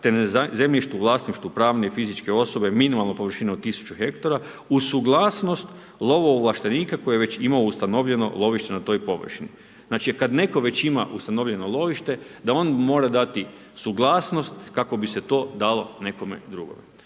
te na zemljište u vlasništvu pravne i fizičke osobe minimalnu površinu od 1000 hektara, uz suglasnost lovo ovlaštenika koje već ima ustanovljeno lovište na toj površini. Znači kada netko već ima ustanovljeno lovište, da on mora dati suglasnost, kako bi se to dalo nekome drugome.